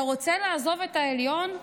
אתה רוצה לעזוב את העליון?